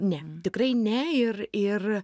ne tikrai ne ir ir